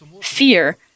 fear